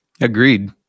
Agreed